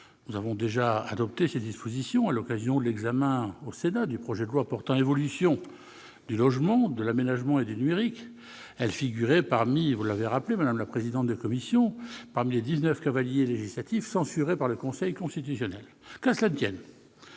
Nous avons déjà adopté ces dispositions à l'occasion de l'examen au Sénat du projet de loi portant évolution du logement, de l'aménagement et du numérique. Vous l'avez rappelé, madame la présidente de la commission : elles figuraient parmi les dix-neuf « cavaliers législatifs » censurés par le Conseil constitutionnel. Qu'à cela ne tienne !